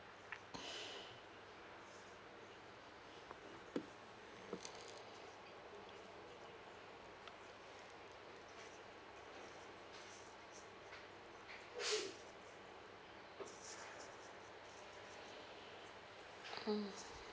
mm